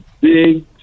big